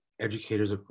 educators